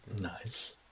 Nice